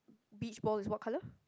beach ball is what colour